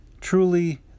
Truly